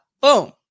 boom